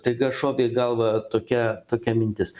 staiga šovė į galvą tokia tokia mintis